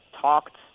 talked